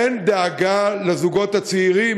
אין דאגה לזוגות הצעירים,